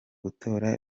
gutora